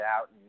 out